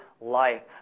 life